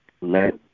Let